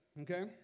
Okay